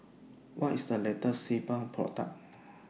What IS The latest Sebamed Product